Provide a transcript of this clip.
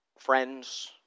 friends